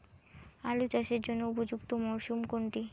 আলু চাষের জন্য উপযুক্ত মরশুম কোনটি?